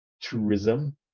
tourism